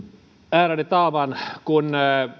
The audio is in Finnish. ärade talman kun